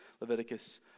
Leviticus